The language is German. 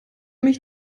mich